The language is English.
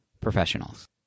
professionals